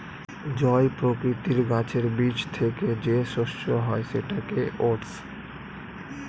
জই প্রকৃতির গাছের বীজ থেকে যে শস্য হয় সেটাকে ওটস